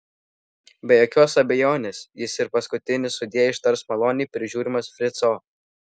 be jokios abejonės jis ir paskutinį sudie ištars maloniai prižiūrimas frico